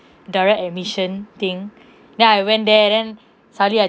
direct admission thing then I went there and then suddenly I